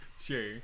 sure